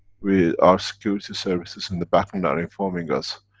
we. our security services in the back and are informing us.